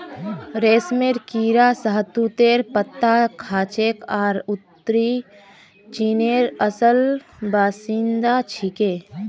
रेशमेर कीड़ा शहतूतेर पत्ता खाछेक आर उत्तरी चीनेर असल बाशिंदा छिके